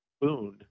boon